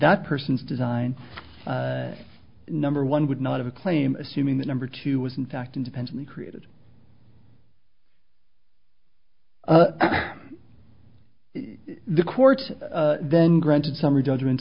that person's design number one would not have a claim assuming that number two was in fact independently created the court then granted summary judgment